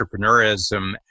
entrepreneurism